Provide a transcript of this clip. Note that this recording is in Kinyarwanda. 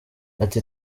ati